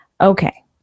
Okay